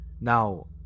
now